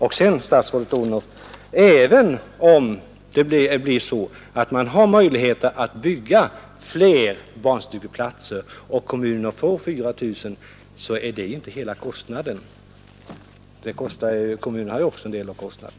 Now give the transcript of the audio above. Och, statsrådet Odhnoff, även om det blir så att kommunen har möjligheter att bygga fler barnstugeplatser och får 4 000 kronor per plats, så är det ju inte hela kostnaden. Kommunen betalar ju också en del av kostnaden.